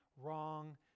wrong